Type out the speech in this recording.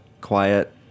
quiet